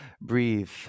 Breathe